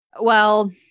well-